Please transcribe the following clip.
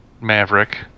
Maverick